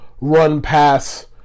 run-pass